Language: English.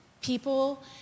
people